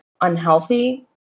unhealthy